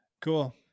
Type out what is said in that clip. Cool